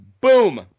boom